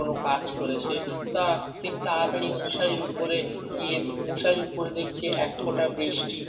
কোনো কাজ করেছে তা তিনি তাড়াতাড়ি মশারির উপরে গিয়ে মশারির উপরে দেখছি এক ফোঁটা বৃষ্টি